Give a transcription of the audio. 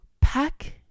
pack